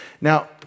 Now